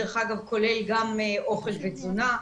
כולל גם אוכל ותזונה.